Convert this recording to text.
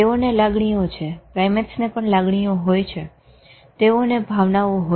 તેઓને લાગણીઓ છે પ્રાઈમેટ્સને પણ લાગણીઓ છે તેઓને ભાવનાઓ હોય છે